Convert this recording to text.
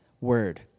word